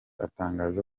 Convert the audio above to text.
atangaza